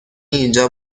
اینجا